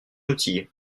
outil